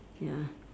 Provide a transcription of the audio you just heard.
ya